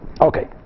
Okay